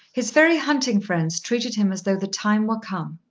his very hunting friends treated him as though the time were come.